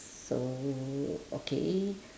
so okay